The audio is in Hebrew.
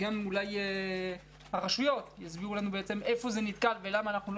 וגם הרשויות יסבירו לנו איפה זה נתקע ולמה אנחנו לא